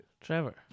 Trevor